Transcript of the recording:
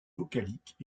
vocaliques